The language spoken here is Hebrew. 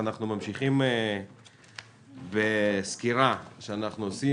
אנחנו ממשיכים בסקירה עם שאנחנו עושים